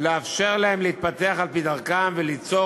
לאפשר להם להתפתח על-פי דרכם וליצור